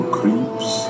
creeps